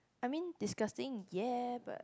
I mean disgusting ya but